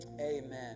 Amen